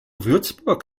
würzburg